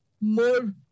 more